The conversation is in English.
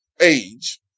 age